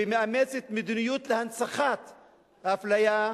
ומאמצת מדיניות להנצחת האפליה,